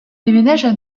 déménagent